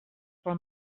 for